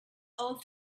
all